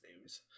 News